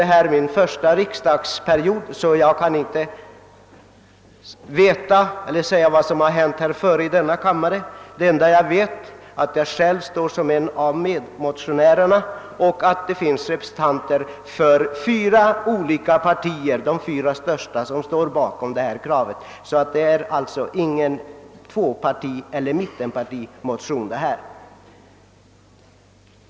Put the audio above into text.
Detta är min första riksdagsperiod, och jag kan inte säga vad som tidigare har hänt i denna kammare. Det enda jag vet är att i år representanter för de fyra stora partierna — däribland jag själv — står bakom detta krav. Det rör sig alltså inte om någon tvåpartieller mittenpartimotion.